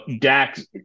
Dax